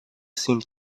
seemed